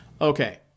Okay